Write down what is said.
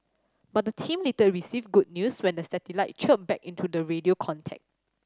but the team later received good news when the satellites chirped back into the radio contact